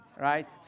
right